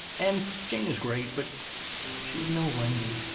and jane is great, but she's no wendy.